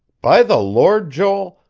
by the lord, joel,